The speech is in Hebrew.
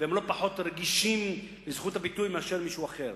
הם לא פחות רגישים לזכות הביטוי מאשר מישהו אחר.